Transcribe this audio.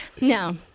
No